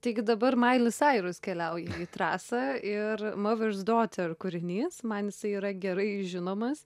taigi dabar miley cirus keliauja į trasą ir mothers daughter kūrinys man jisai yra gerai žinomas